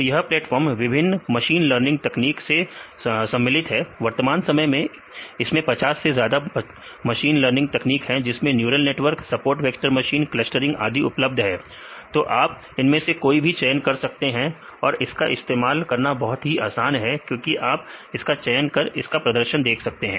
तो यह प्लेटफार्म विभिन्न मशीन लर्निंग तकनीक से सम्मिलित है वर्तमान समय में इसमें 50 से ज्यादा मशीन लर्निंग तकनीक है जिसमें neural network support vector machine और क्लस्टरिंग आदि उपलब्ध है तो आप इनमें से किसी का भी चयन कर सकते हैं और इसका इस्तेमाल करना बहुत ही आसान है क्योंकि आप इसका चयन कर इसका प्रदर्शन देख सकते हैं